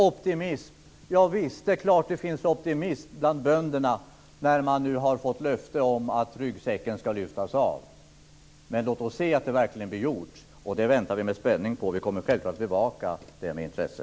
Det är klart att det finns optimism bland bönderna när man nu har fått löfte om att ryggsäcken ska lyftas av. Men låt oss se att det verkligen blir gjort. Det väntar vi med spänning på. Vi kommer självklart att bevaka det med intresse.